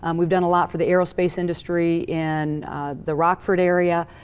um we've done a lot for the aerospace industry, in the rockford area.